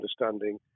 understanding